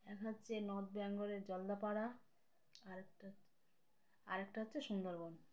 এক হচ্ছে নর্থ বেঙ্গলের জলদাপাড়া আরেকটা আরেকটা হচ্ছে সুন্দরবন